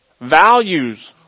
Values